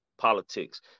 politics